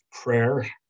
prayer